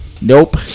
Nope